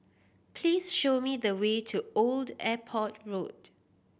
please show me the way to Old Airport Road